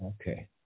Okay